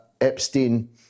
Epstein